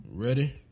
Ready